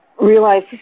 realize